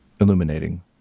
illuminating